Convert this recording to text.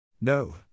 No